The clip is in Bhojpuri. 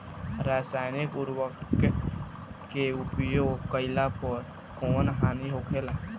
रसायनिक उर्वरक के उपयोग कइला पर कउन हानि होखेला?